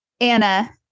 Anna